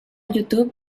youtube